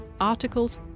articles